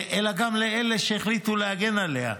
אלא גם לאלה שהחליטו להגן עליה,